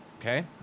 Okay